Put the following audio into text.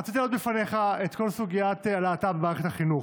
רציתי להעלות לפניך את כל סוגיית הלהט"ב במערכת החינוך.